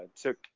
took